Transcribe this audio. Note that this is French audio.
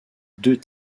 deux